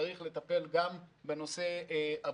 צריך לטפל גם בנושא הבריאות.